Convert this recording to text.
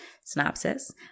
Synopsis